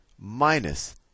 minus